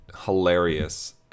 hilarious